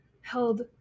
held